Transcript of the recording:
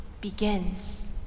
begins